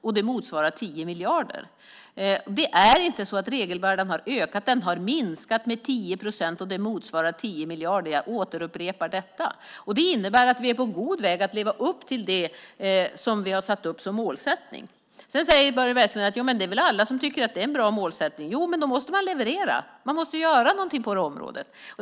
Det motsvarar 10 miljarder. Regelbördan har inte ökat; den har minskat med 10 procent, och det motsvarar 10 miljarder. Jag återupprepar detta. Det innebär att vi är på god väg att leva upp till målsättningen. Börje Vestlund säger att alla tycker att det är en bra målsättning. Jo, men då måste man leverera! Man måste göra någonting på området.